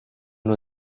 nur